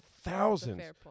thousands